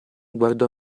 guardò